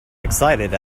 excited